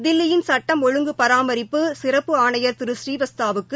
தில்லியின் சுட்டம் ஒழுங்கு பராமிப்பு சிறப்பு ஆணையர் திரு ஸ்ரீவஸ்தா வுக்கு